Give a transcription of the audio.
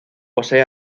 posee